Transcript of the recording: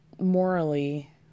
morally